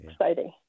Exciting